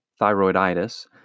thyroiditis